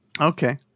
Okay